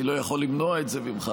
אני לא יכול למנוע את זה ממך,